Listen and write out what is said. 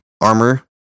armor